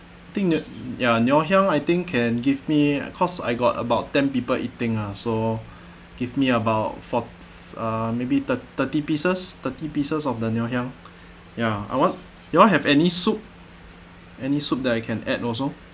I think ngoh ya ngoh hiang I think can give me cause I got about ten people eating ah so give me about four uh maybe thir~ thirty pieces thirty pieces of the ngoh hiang ya I want you all have any soup any soup that I can add also